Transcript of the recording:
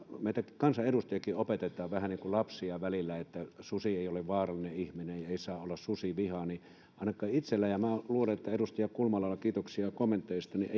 meitä kansanedustajiakin opetetaan vähän niin kuin lapsia välillä että susi ei ole vaarallinen ihmiselle ja ei saa olla susivihaa niin ainakaan itselläni ja minä luulen että edustaja kulmalalla kiitoksia kommenteistanne